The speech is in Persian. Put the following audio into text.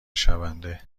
شونده